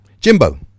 Jimbo